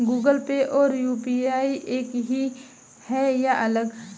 Google Pay और UPI एक ही है या अलग?